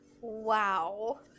wow